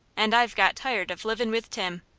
and i've got tired of livin' with tim.